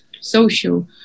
social